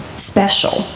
Special